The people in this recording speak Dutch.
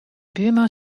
buurman